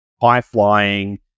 high-flying